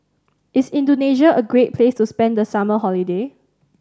is Indonesia a great place to spend the summer holiday